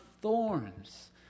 thorns